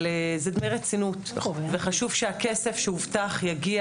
אבל זה דמי רצינות וחשוב שהכסף שהובטח יגיע